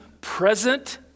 present